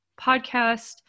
podcast